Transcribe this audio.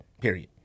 Period